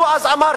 נו, אז אמרתם.